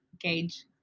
gauge